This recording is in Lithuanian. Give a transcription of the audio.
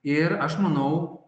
ir aš manau